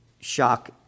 shock